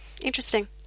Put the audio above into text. interesting